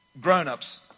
grown-ups